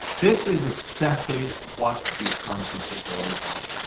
this is exactly what these conferences are all about.